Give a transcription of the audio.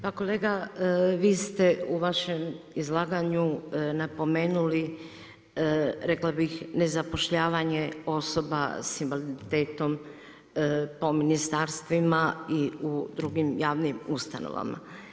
Pa kolega, vi ste u vašem izlaganju napomenuli rekla bih nezapošljavanje osoba s invaliditetom, po ministarstvima i drugim javnim ustanovama.